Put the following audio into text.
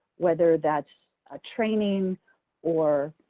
whether that's training or